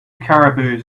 caribous